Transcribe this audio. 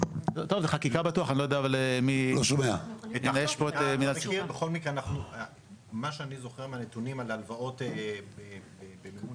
ממה שאני זוכר מהנתונים על הלוואות במימון